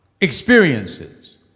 Experiences